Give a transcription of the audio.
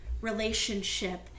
relationship